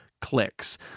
clicks